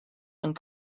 and